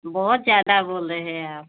बहुत ज़्यादा बोल रहे हैं आप